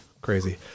crazy